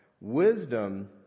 Wisdom